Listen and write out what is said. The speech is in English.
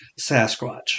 Sasquatch